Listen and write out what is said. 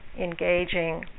engaging